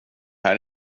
här